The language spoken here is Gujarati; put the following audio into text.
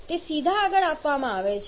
તે સીધા આગળ આપવામાં આવે છે